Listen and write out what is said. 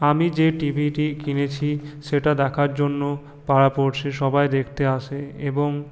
আমি যে টিভিটি কিনেছি সেটা দেখার জন্য পাড়াপড়শি সবাই দেখতে আসে এবং